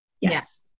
Yes